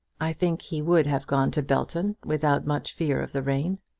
i think he would have gone to belton without much fear of the rain.